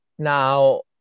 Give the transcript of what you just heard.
Now